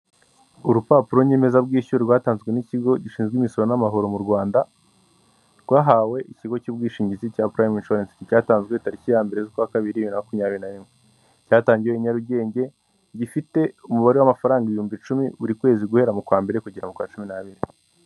Urupapuro nyemezabwishyu rwatanzwe n'ikigo gishinzwe imisoro n'amahoro mu Rwanda rwahawe ikigo cy'ubwishingizi cya pirayime eshuwarensi cyatanzwe tariki ya mbere z'ukwa kabiri bibiri na makumyabiri na rimwe, cyatangiwe i Nyarugenge gifite umubare w'amafaranga ibihumbi icumi buri kwezi guhera mu kwa mbere kugera ku cumi n'abiri.